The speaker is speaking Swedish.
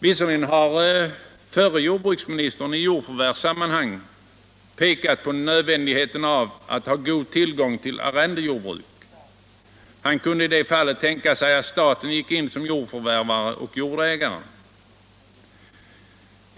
Visserligen har förre jordbruksministern i jordförvärvssammanhang pekat på nödvändigheten av att ha god tillgång till arrendejordbruk. Han kunde i det fallet tänka sig att staten gick in som jordförvärvare och jordägare.